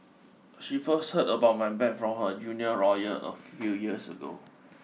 she first heard about my bad from her junior lawyer a few years ago